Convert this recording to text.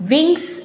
Wings